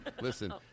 listen